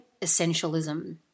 Essentialism